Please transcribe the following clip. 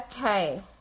Okay